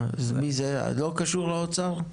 זה לא קשור לאוצר?